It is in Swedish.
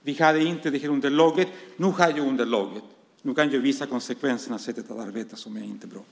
Vi hade inte det här underlaget. Nu har jag underlaget och kan visa konsekvenserna av ett sätt att arbeta som inte är bra.